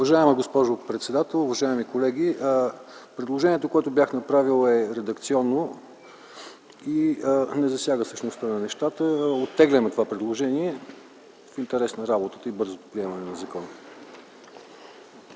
Уважаема госпожо председател, уважаеми колеги! Предложението, което бях направил, е редакционно и не засяга същността на нещата. Оттегляме това предложение в интерес на работата и бързото приемане на закона.